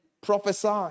prophesy